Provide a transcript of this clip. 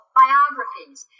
biographies